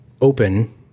open